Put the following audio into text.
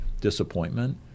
disappointment